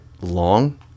long